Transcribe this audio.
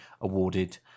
awarded